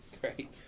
Great